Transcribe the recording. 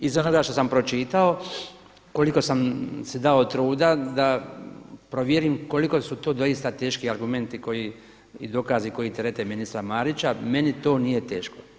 Iz onoga što sam pročitao koliko sam si dao truda da provjerim koliko su to doista teški argumenti i dokazi koji terete ministra Marića, meni to nije teško.